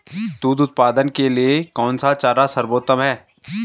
दूध उत्पादन के लिए कौन सा चारा सर्वोत्तम है?